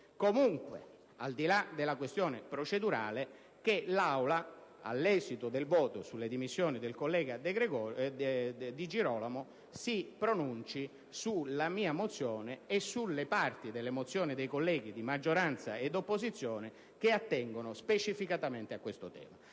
opportuno, al di là della questione procedurale, che l'Aula, all'esito del voto sulle dimissioni del collega Di Girolamo, si pronunci sulla mozione da me presentata e sulle parti delle mozioni presentate dai colleghi di maggioranza ed opposizione che attengono specificatamente a questo tema.